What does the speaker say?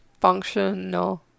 Functional